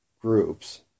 groups